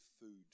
food